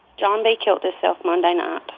john b. killed himself monday night